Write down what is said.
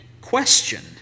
question